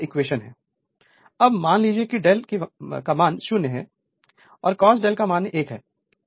Refer Slide Time 3132 तो यह V2 0 V2V2 I2 Re2 cos ∅2 XE2 sin ∅2V2 होगा इसलिए हमने सेकेंडरी साइड का बेस इंपेडेंस देखा है V2I2 सेकेंडरी साइड पर है